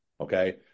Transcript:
Okay